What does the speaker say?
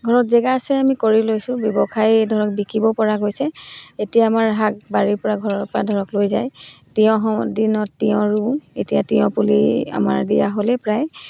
ঘৰত জেগা আছে আমি কৰি লৈছোঁ ব্যৱসায় ধৰক বিকিবও পৰা গৈছে এতিয়া আমাৰ শাক বাৰীৰপৰা ঘৰৰপৰা ধৰক লৈ যায় তিয়ঁহো দিনত তিয়ঁহ ৰুওঁ এতিয়া তিয়ঁহ পুলি আমাৰ দিয়া হ'লেই প্ৰায়